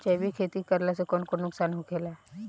जैविक खेती करला से कौन कौन नुकसान होखेला?